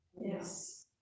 Yes